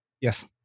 Yes